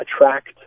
attract